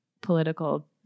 political